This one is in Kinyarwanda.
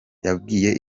yabwiye